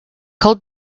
cold